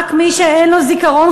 רק מי שאין לו זיכרון,